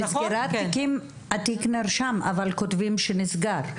בסגירת תיקים התיק נרשם אבל כותבים שנסגר.